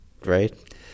right